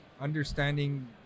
understanding